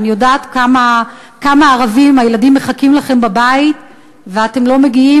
אני יודעת כמה ערבים הילדים מחכים לכם בבית ואתם לא מגיעים,